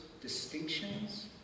distinctions